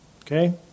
Okay